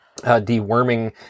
deworming